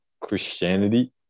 Christianity